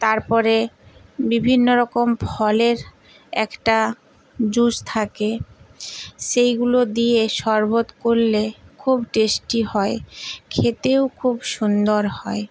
তারপরে বিভিন্ন রকম ফলের একটা জুস থাকে সেইগুলো দিয়ে শরবত করলে খুব টেস্টি হয় খেতেও খুব সুন্দর হয়